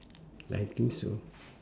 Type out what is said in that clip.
like I think so